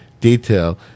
detail